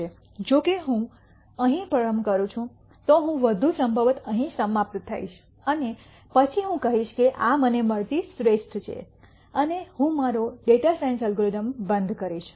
જો કે જો હું અહીં પ્રારંભ કરું છું તો હું વધુ સંભવત અહીં સમાપ્ત થઈશ અને પછી હું કહીશ કે આ મને મળતી શ્રેષ્ઠ છે અને હું મારો ડેટા સાયન્સનો અલ્ગોરિધમ બંધ કરીશ